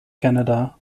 canada